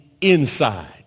inside